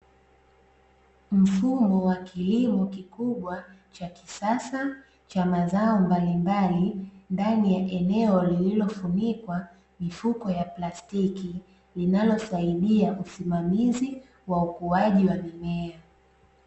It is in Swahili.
Mfumo wa kilimo kikubwa cha kisasa cha mazao mbalimbali ndani ya eneo lililofunikwa mifuko ya plastiki, linalosaidia usimamizi wa ukuaji wa mimea.